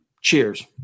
Cheers